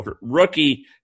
rookie